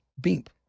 beep